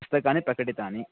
पुस्तकानि प्रकटितानि